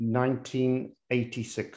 1986